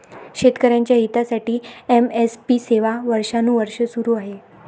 शेतकऱ्यांच्या हितासाठी एम.एस.पी सेवा वर्षानुवर्षे सुरू आहे